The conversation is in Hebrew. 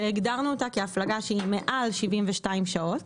שאותה הגדרנו כהפלגה מעל 72 שעות